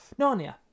Narnia